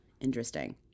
Interesting